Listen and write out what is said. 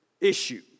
issue